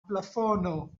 plafono